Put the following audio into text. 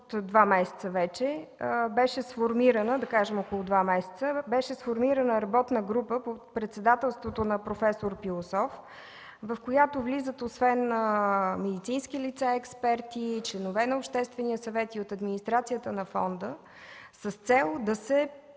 преди повече от около два месеца беше сформирана работна група под председателството на проф. Пилосов, в която влизат освен медицински лица, експерти, членове на Обществения съвет и от администрацията на фонда с цел да се